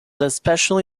especially